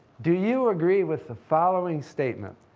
do you agree with the following statement,